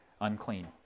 unclean